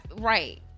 right